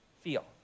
feel